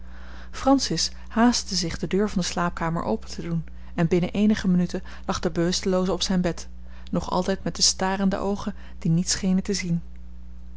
francis haastte zich de deur van de slaapkamer open te doen en binnen eenige minuten lag de bewustelooze op zijn bed nog altijd met de starende oogen die niet schenen te zien